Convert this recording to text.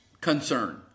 concern